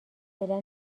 فعلا